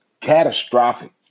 catastrophic